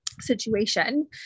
situation